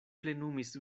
plenumis